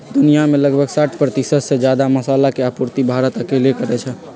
दुनिया में लगभग साठ परतिशत से जादा मसाला के आपूर्ति भारत अकेले करई छई